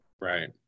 Right